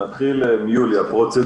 נתחיל מיוליה מלינובסקי